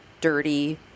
dirty